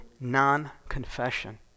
non-confession